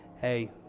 Hey